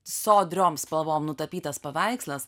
sodriom spalvom nutapytas paveikslas